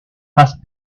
fast